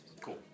Cool